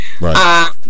Right